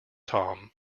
tom